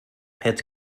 het